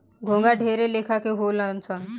घोंघा ढेरे लेखा के होले सन